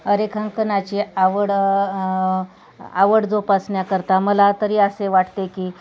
अ रेखांकनाची आवड आवड जोपासण्याकरिता मला तरी असे वाटते की